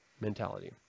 mentality